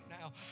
now